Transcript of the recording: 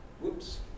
Whoops